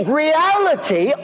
reality